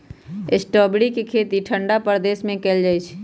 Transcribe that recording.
strawberry के खेती ठंडा प्रदेश में कएल जाइ छइ